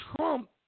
Trump